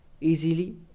easily